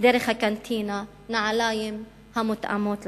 דרך הקנטינה נעליים המותאמות להן.